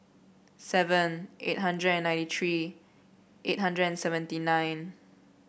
seven eight hundred and ninety three eight hundred and seventy nine